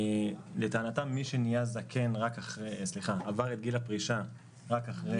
לטענתם מי שעבר את גיל הפרישה רק אחרי